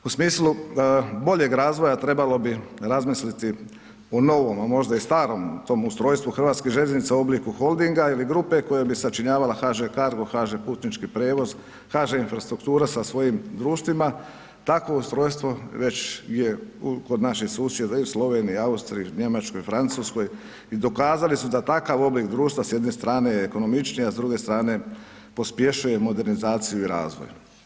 U smislu boljeg razvoja trebalo bi razmisliti o novom, a možda i starom tom ustrojstvu hrvatskih željeznica u obliku holdinga ili grupe koja bi sačinjavala HŽ Cargo, HŽ Putnički prijevoz, HŽ Infrastruktura sa svojim društvima, takvo ustrojstvo već je kod naših susjeda i u Sloveniji, Austriji, Njemačkoj, Francuskoj i dokazali su da takav oblik društva s jedne strane je ekonomičniji, a s druge strane pospješuje modernizaciju i razvoj.